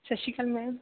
Sat Sri Akal ma'am